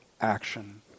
action